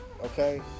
Okay